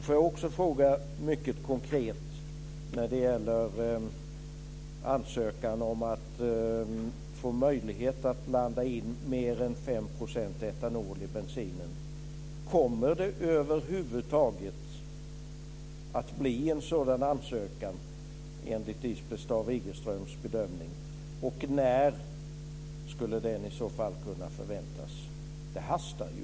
Får jag också fråga mycket konkret när det gäller ansökan om möjlighet att blanda in mer än 5 % etanol i bensinen: Kommer det över huvud taget att bli en sådan ansökan, enligt Lisbeth Staaf-Igelströms bedömning? När skulle den i så fall kunna förväntas? Det hastar ju.